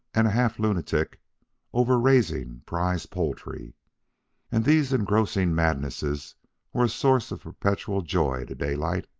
and a half lunatic over raising prize poultry and these engrossing madnesses were a source of perpetual joy to daylight,